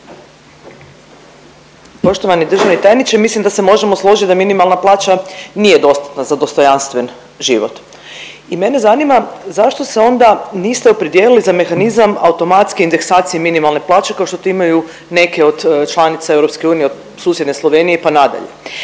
Poštovani državni tajniče. Mislim da se možemo složit da minimalna plaća nije dostatna za dostojanstven život i mene zanima zašto se onda niste opredijelili za mehanizam automatske indeksacije minimalne plaće kao što to imaju neke od članica EU od susjedne Slovenije pa nadalje?